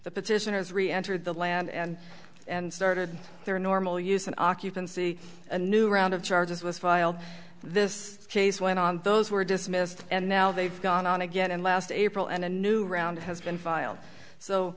the petitioners re entered the land and and started their normal use and occupancy a new round of charges was filed this case went on those were dismissed and now they've gone on again and last april and a new round has been filed so